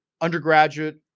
undergraduate